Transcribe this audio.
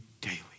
daily